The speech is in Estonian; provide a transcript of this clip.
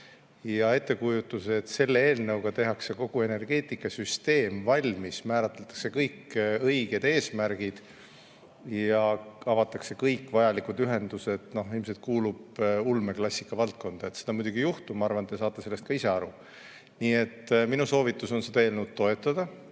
Ettekujutus, et selle eelnõuga tehakse kogu energeetikasüsteem valmis, määratakse kõik õiged eesmärgid ja avatakse kõik vajalikud ühendused, ilmselt kuulub ulmeklassika valdkonda. Seda muidugi ei juhtu ja ma arvan, et te saate sellest ka ise aru. Nii et minu soovitus on seda eelnõu toetada.